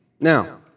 Now